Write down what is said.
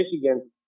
Michigan